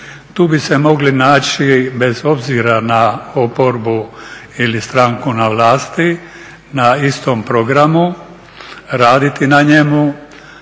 Tu bi se mogli naći bez obzira na oporbu ili stranku na vlasti, na istom programu raditi na njemu,